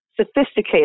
sophisticated